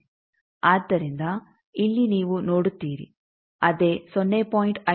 ಆದ್ದರಿಂದ ಇಲ್ಲಿ ನೀವು ನೋಡುತ್ತೀರಿ ಅದೇ 0